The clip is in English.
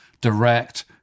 direct